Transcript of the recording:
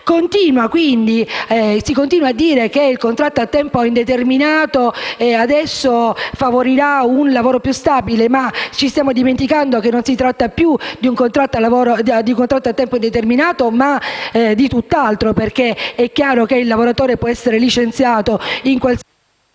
il risultato. Si continua a dire che il contratto a tempo indeterminato adesso favorirà un lavoro più stabile, ma ci stiamo dimenticando che non si tratta più di un contratto a tempo indeterminato, ma di tutt'altro, perché è chiaro che il lavoratore può essere licenziato in qualsiasi momento.